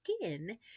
skin